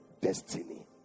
destiny